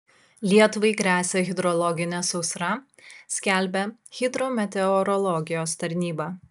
lietuvai gresia hidrologinė sausra skelbia hidrometeorologijos tarnyba